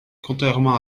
contrairement